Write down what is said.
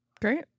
Great